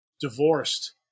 divorced